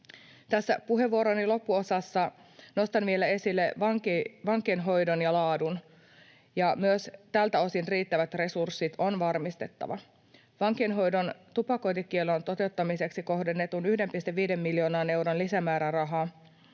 Tässä puheenvuoroni loppuosassa nostan vielä esille vankeinhoidon ja laadun, ja myös tältä osin riittävät resurssit on varmistettava. Vankeinhoidon tupakointikiellon toteuttamiseksi kohdennettu 1,5 miljoonan euron lisämääräraha